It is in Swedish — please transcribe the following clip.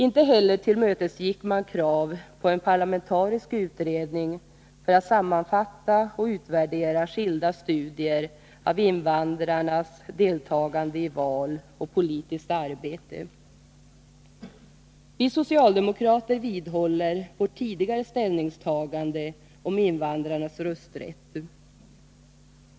Inte heller tillmötesgick man krav på en parlamentarisk utredning för att sammanfatta och utvärdera skilda studier av 79 Vi socialdemokrater vidhåller vårt tidigare ställningstagande om invandrarnas rösträtt.